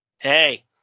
Hey